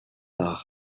par